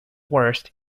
worst